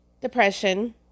depression